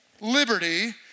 liberty